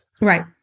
Right